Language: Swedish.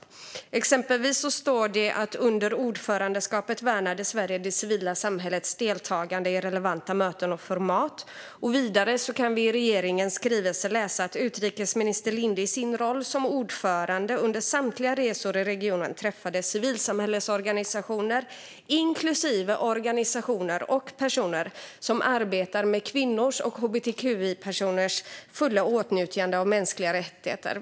Det står exempelvis att Sverige under ordförandeskapet värnade "det civila samhällets deltagande i relevanta möten och format". Vidare kan vi i regeringens skrivelse läsa: "Utrikesminister Linde träffade i sin roll som ordförande under samtliga resor i regionen civilsamhällesorganisationer, inklusive organisationer och personer som arbetar med kvinnors och hbtqi-personers fulla åtnjutande av mänskliga rättigheter."